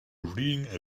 reading